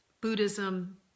Buddhism